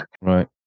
Right